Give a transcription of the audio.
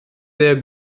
sehr